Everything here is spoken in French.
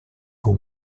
aux